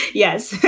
yes.